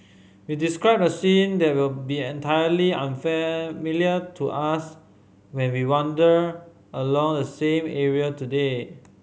he described a scene that will be entirely unfamiliar to us when we wander along the same area today